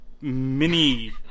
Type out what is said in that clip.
mini